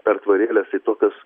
pertvarėlės į tokias